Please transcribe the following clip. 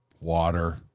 water